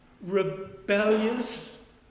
rebellious